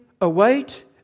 await